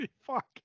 fuck